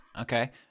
Okay